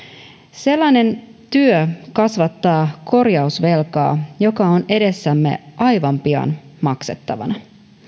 sellainen työ kasvattaa korjausvelkaa joka on edessämme aivan pian maksettavana